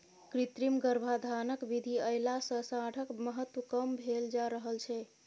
कृत्रिम गर्भाधानक विधि अयला सॅ साँढ़क महत्त्व कम भेल जा रहल छै